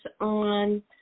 on